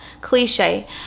cliche